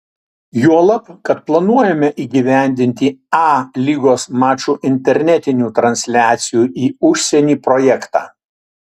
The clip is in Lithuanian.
juolab kad planuojame įgyvendinti a lygos mačų internetinių transliacijų į užsienį projektą